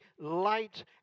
light